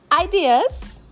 ideas